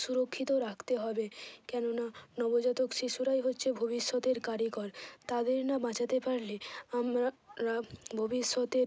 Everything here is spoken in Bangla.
সুরক্ষিত রাখতে হবে কেননা নবজাতক শিশুরাই হচ্ছে ভবিষ্যতের কারিগর তাদের না বাঁচাতে পারলে আমরা ভবিষ্যতের